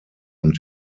und